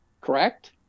correct